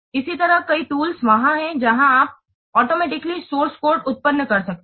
इसी तरह कई टूल्स वहां हैं जहां आप ऑटोमेटिकली सोर्स कोड उत्पन्न कर सकते हैं